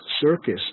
circus